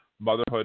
Motherhood